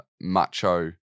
macho